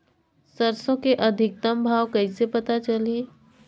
सरसो के अधिकतम भाव कइसे पता चलही?